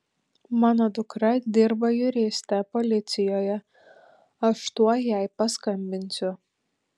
mano dukra dirba juriste policijoje aš tuoj jai paskambinsiu